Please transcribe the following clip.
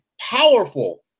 powerful